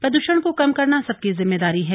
प्रदूषण को कम करना सबकी जिम्मेदारी है